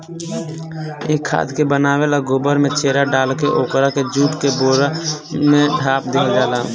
ए खाद के बनावे ला गोबर में चेरा डालके ओकरा के जुट के बोरा से ढाप दिहल जाला